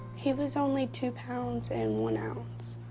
he was only two pounds and one ounce.